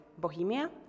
Bohemia